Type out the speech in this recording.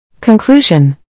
Conclusion